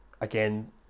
again